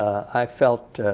i felt,